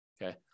Okay